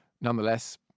Nonetheless